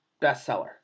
bestseller